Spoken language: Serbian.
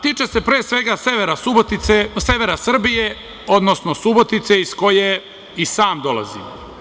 Tiče se, pre svega, severa Srbije, odnosno Subotice, iz koje i sam dolazim.